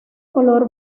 color